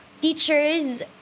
teachers